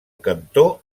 cantó